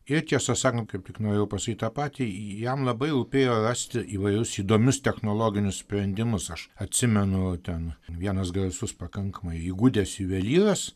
ir tiesą sakant kaip tik norėjau pasakyt tą patį jam labai rūpėjo rasti įvairius įdomius technologinius sprendimus aš atsimenu ten vienas garsus pakankamai įgudęs juvelyras